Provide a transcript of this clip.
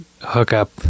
hookup